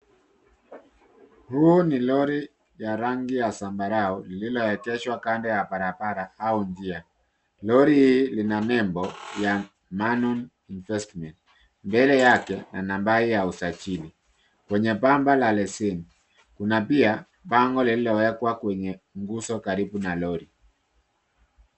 Huu ni lori ya rangi ya zambarau lililowezeshwa kando ya barabara au njia, lori lina nembo ya[ manmo investment] mbele yake na nambari ya usajili, kwenye pamba la leseni kuna pia bango lililowekwa kwenye nguzo karibu na lori.